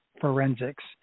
forensics